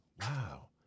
wow